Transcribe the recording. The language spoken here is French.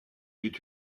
est